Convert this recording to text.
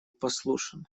послушен